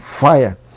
fire